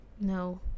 no